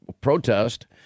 protest